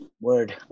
word